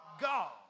God